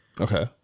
Okay